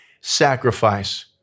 sacrifice